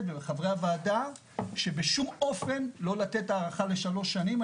וחברי הוועדה שבשום אופן לא לתת הארכה ל-3 שנים.